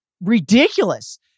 ridiculous